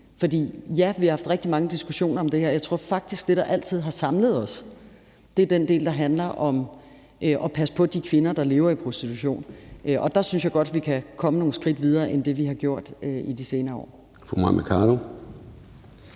for ja, vi har haft rigtig mange diskussioner om det her, og jeg tror faktisk, at det, der altid har samlet os, er den del, der handler om at passe på de kvinder, der lever i prostitution, og der synes jeg godt vi kan komme nogle skridt videre end det, vi har gjort i de senere år. Kl.